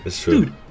dude